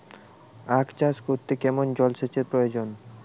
আখ চাষ করতে কেমন জলসেচের প্রয়োজন?